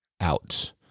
out